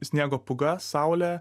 sniego pūga saulė